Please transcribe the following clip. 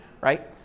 right